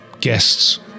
guests